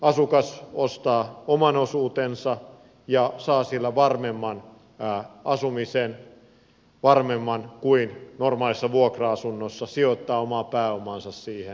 asukas ostaa oman osuutensa ja saa sillä varmemman asumisen kuin normaalissa vuokra asunnossa hän sijoittaa omaa pääomaansa siihen